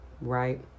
right